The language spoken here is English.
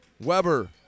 Weber